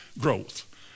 growth